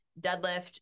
deadlift